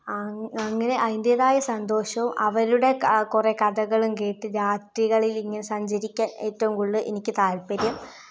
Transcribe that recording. അങ്ങനെ അതിന്റെതായ സന്തോഷോം അവരുടെ കുറെ കഥകളും കേട്ട് രാത്രികളിലിങ്ങനെ സഞ്ചരിക്കാൻ ഏറ്റോം കൂടുതൽ എനിക്ക് താല്പര്യം